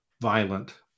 violent